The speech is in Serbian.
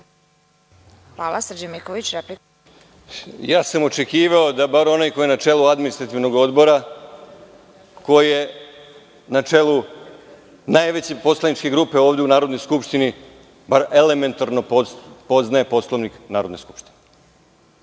**Srđan Miković** Očekivao sam da bar onaj ko je na čelu Administrativnog odbora, ko je na čelu najveće poslaničke grupe ovde u Narodnoj skupštini, bar elementarno poznaje Poslovnik Narodne skupštine. Ne